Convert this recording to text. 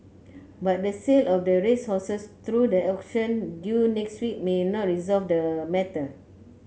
but the sale of the racehorses through the auction due next week may not resolve the matter